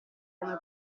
come